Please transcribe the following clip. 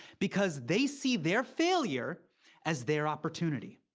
because they see their failure as their opportunity.